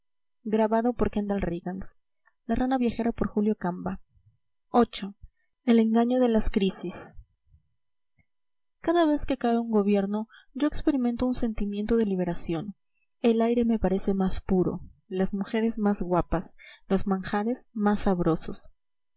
somos el año de la nanita viii el engaño de las crisis cada vez que cae un gobierno yo experimento un sentimiento de liberación el aire me parece más puro las mujeres más guapas los manjares más sabrosos